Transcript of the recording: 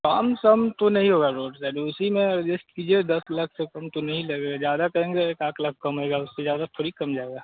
कम सम तो नहीं होगा रोड साइड में उसी में अजस्ट कीजिए दस लाख से कम तो नहीं लगेगा ज़्यादा कहेंगे एकात लाख कम होगा उससे ज़्यादा थोड़ी कम जाएगा